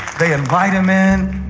they invite him in.